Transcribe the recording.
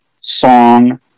song